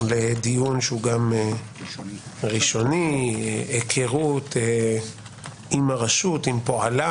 לדיון ראשוני, היכרות עם הרשות, עם פועלה